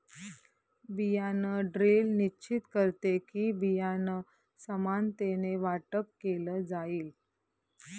बियाण ड्रिल निश्चित करते कि, बियाणं समानतेने वाटप केलं जाईल